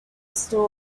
still